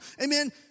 Amen